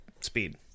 speed